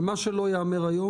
ומה שלא ייאמר היום,